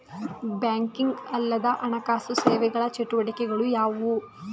Banking ಅಲ್ಲದ ಹಣಕಾಸು ಸೇವೆಗಳ ಚಟುವಟಿಕೆಗಳು ಯಾವುವು?